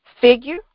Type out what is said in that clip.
Figure